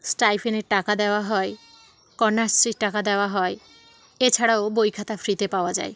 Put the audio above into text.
স্টাইপেন্ডের টাকা দেওয়া হয় কন্যাশ্রীর টাকা দেওয়া হয় এছাড়াও বই খাতা ফ্রিতে পাওয়া যায়